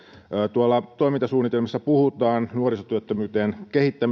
toimintasuunnitelmissa puhutaan nuorisotyöttömyyteen